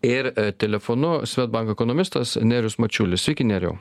ir telefonu swedbank ekonomistas nerijus mačiulis sveiki neriau